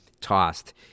tossed